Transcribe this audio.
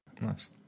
Nice